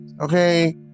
Okay